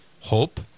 hope